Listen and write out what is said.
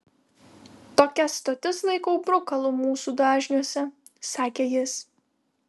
tokias stotis laikau brukalu mūsų dažniuose sakė jis